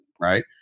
right